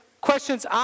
questions